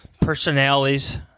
personalities